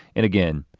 and again,